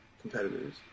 competitors